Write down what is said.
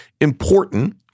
important